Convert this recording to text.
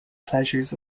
pleasures